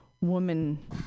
woman